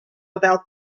about